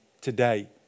today